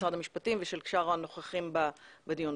משרד המשפטים ושל שאר הנוכחים בדיון.